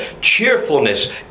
Cheerfulness